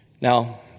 now